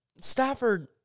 Stafford